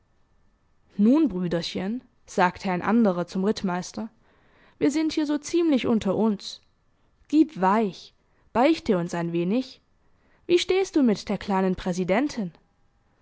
nun brüderchen sagte ein anderer zum rittmeister wir sind hier so ziemlich unter uns gib weich beichte uns ein wenig wie stehst du mit der kleinen präsidentin